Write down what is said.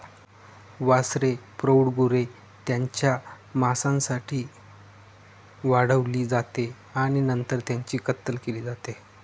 वासरे प्रौढ गुरे त्यांच्या मांसासाठी वाढवली जाते आणि नंतर त्यांची कत्तल केली जाते